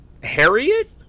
Harriet